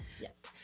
yes